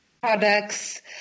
products